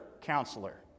counselor